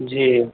जी